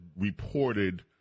reported